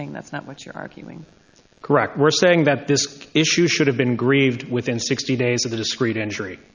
saying that's not what you're arguing correct we're saying that this issue should have been grieved within sixty days of a discrete injury